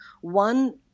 One